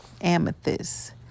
Amethyst